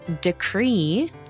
decree